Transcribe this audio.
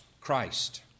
Christ